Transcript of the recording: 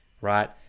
right